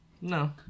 No